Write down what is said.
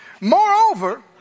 moreover